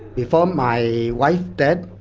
before my wife dead,